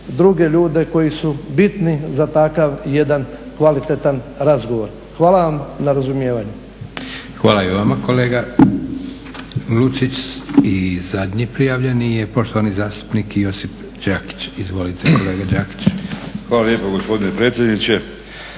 druge ljude koji su bitni za takav jedan kvalitetan razgovor. Hvala vam na razumijevanju. **Leko, Josip (SDP)** Hvala i vama kolega Lucić. I zadnji prijavljeni je poštovani zastupnik Josip Đakić. Izvolite kolega Đakić. **Đakić, Josip (HDZ)** Hvala lijepa gospodine predsjedniče.